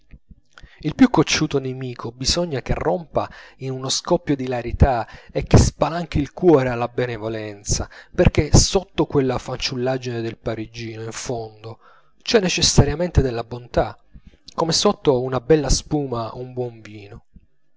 il più cocciuto nemico bisogna che rompa in uno scoppio d'ilarità e che spalanchi il cuore alla benevolenza perchè sotto quella fanciullaggine del parigino in fondo c'è necessariamente della bontà come sotto una bella spuma un buon vino